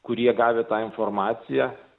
kurie gavę tą informaciją